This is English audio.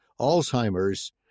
Alzheimer's